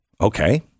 Okay